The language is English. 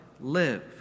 live